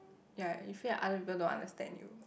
ya you feel like other people don't understand you